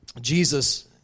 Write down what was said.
Jesus